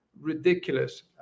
ridiculous